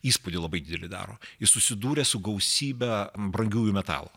įspūdį labai didelį daro jis susidūrė su gausybe brangiųjų metalų